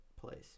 place